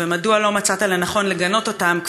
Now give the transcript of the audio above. ומדוע לא מצאת לנכון לגנות אותם,